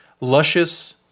luscious